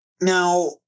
Now